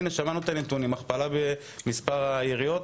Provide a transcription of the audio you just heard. הרי שמענו עכשיו את הנתון על הכפלה במספר היריות.